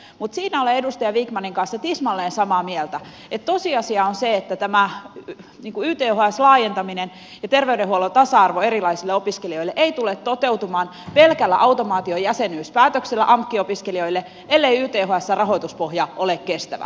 mutta siinä olen edustaja vikmanin kanssa tismalleen samaa mieltä että tosiasia on se että ythsn laajentaminen ja terveydenhuollon tasa arvo erilaisille opiskelijoille ei tule toteutumaan pelkällä automaatiojäsenyyspäätöksellä amk opiskelijoille ellei ythsn rahoituspohja ole kestävä